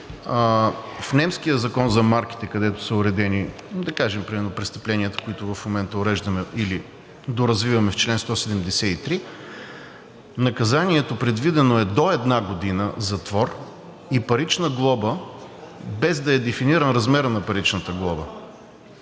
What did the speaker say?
в немския закон за мерките, където са уредени да кажем престъпленията, които в момента уреждаме или доразвиваме в чл. 173, предвиденото наказание е до 1 година затвор и парична глоба, без да е дефиниран размерът на паричната глоба.